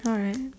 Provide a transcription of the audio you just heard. alright